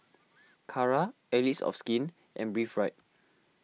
Kara Allies of Skin and Breathe Right